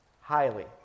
highly